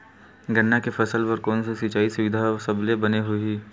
गन्ना के फसल बर कोन से सिचाई सुविधा सबले बने होही?